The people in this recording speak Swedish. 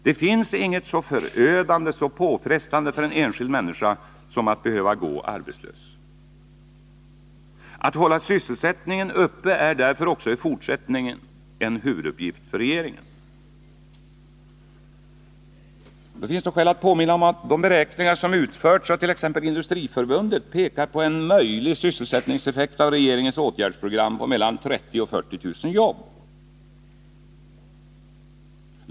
Det finns inget så förödande och så påfrestande för en enskild människa som att behöva gå arbetslös. Att hålla sysselsättningen uppe är också i fortsättningen en huvuduppgift för regeringen. Det finns skäl att påminna om att de beräkningar som utförts av t.ex. Industriförbundet pekar på en möjlig sysselsättningseffekt av regeringens åtgärdsprogram på mellan 30 000 och 40 000 jobb.